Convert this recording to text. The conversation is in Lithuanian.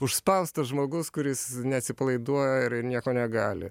užspaustas žmogus kuris neatsipalaiduoja ir ir nieko negali